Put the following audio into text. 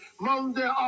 monday